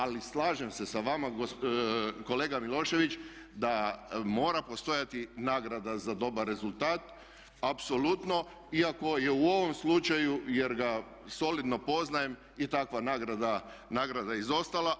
Ali slažem se sa vama kolega Milošević, da mora postojati nagrada za dobar rezultat apsolutno, iako je u ovom slučaju, jer ga solidno poznajem i takva nagrada izostala.